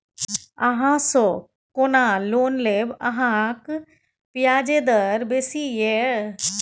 अहाँसँ कोना लोन लेब अहाँक ब्याजे दर बेसी यै